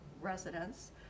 residents